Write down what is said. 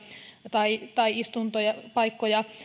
tai tai istuntopaikkoja